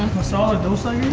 masala dosa